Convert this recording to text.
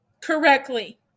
correctly